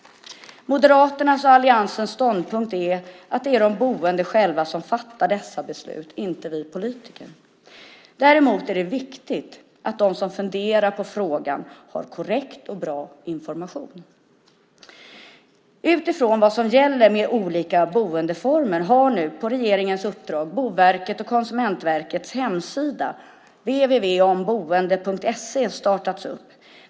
Moderaternas och alliansens ståndpunkt är att det är de boende själva som fattar dessa beslut och inte vi politiker. Däremot är det viktigt att de som funderar på frågan har korrekt och bra information. Utifrån vad som gäller med olika boendeformer har nu på regeringens uppdrag Boverkets och Konsumentverkets hemsida www.omboende.se startats.